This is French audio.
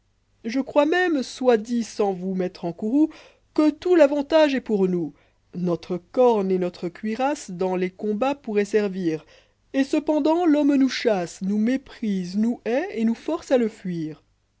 oe cïoïs même soit dit sans vous mettre en courroux que tout l'avantage est pour nous notre corne et notre cuirasse dans les combats poùrroient servir et cependant'lïômm'e ribûs chassé nous méprise nous hait et nous force à le fuir